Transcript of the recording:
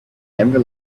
never